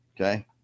Okay